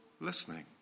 listening